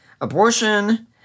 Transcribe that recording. abortion